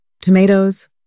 Tomatoes